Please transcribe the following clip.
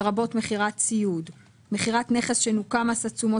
לרבות מכירת ציוד"; "מכירת נכס שנוכה מס התשומות